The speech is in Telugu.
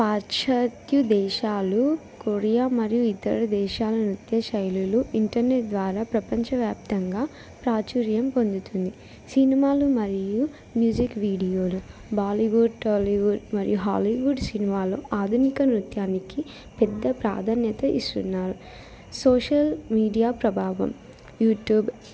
పాశ్చాత్య దేశాలు కొరియా మరియు ఇతర దేశాల నృత్య శైలులు ఇంటర్నెట్ ద్వారా ప్రపంచవ్యాప్తంగా ప్రాచుర్యం పొందుతుంది సినిమాలు మరియు మ్యూజిక్ వీడియోలు బాలీవుడ్ టాలీవుడ్ మరియు హాలీవుడ్ సినిమాలు ఆధునిక నృత్యానికి పెద్ద ప్రాధాన్యత ఇస్తున్నారు సోషల్ మీడియా ప్రభావం యూట్యూబ్